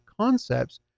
concepts